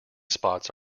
spots